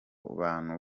bantu